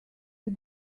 you